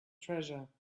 treasure